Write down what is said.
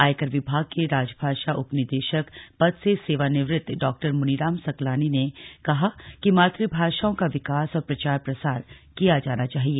आयकर विभाग के राजभाषा उप निदेशक पद से सेवानिवृत्त डॉ मुनीराम सकलानी ने कहा कि मातृभाषाओं का विकास और प्रचार प्रसार किया जाना चाहिए